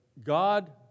God